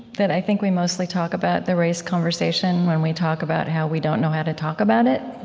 that i think we mostly talk about the race conversation when we talk about how we don't know how to talk about it.